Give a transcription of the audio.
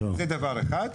זה דבר אחד.